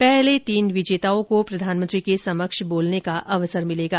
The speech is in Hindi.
पहले तीन विजेताओं को प्रधानमंत्री के समक्ष बोलने का अवसर मिलेगा